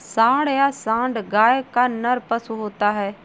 सांड या साँड़ गाय का नर पशु होता है